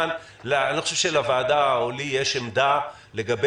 אני לא חושב שלוועדה או לי יש עמדה לגבי